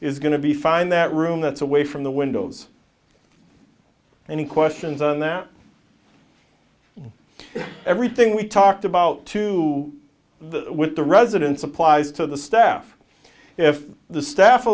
to be fine that room that's away from the windows any questions on that everything we talked about to the with the residents applies to the staff if the staff a